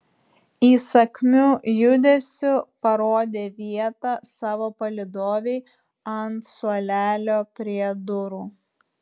įsakmiu judesiu parodė vietą savo palydovei ant suolelio prie durų